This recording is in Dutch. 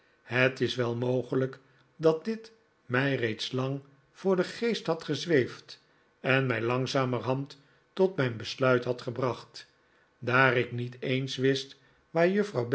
het is wel mogelijk dat dit mij reeds lang voor den geest had gezweefd en mij langzamerhand tot mijn besluit had gebracht daar ik niet eens wist waar juffrouw